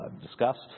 discussed